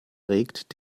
regt